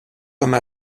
comme